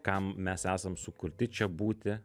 kam mes esam sukurti čia būti